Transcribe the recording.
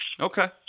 Okay